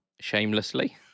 shamelessly